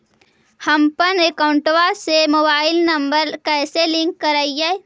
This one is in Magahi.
हमपन अकौउतवा से मोबाईल नंबर कैसे लिंक करैइय?